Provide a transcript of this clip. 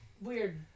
weird